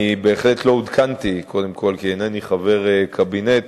בהחלט לא עודכנתי, כי אינני חבר קבינט,